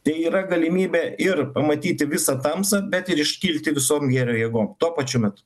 tai yra galimybė ir pamatyti visą tamsą bet ir iškilti visom gėrio jėgom tuo pačiu metu